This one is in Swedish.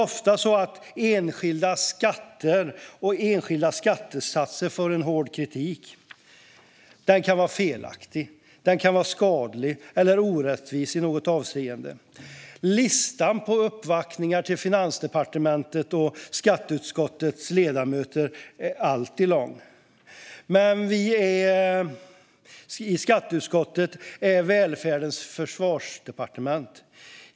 Ofta får enskilda skatter och skattesatser hård kritik för att vara felaktiga, skadliga eller orättvisa i något avseende. Listan över uppvaktningar till Finansdepartementet och skatteutskottets ledamöter är alltid lång. Men vi i skatteutskottet är välfärdens försvarsdepartement.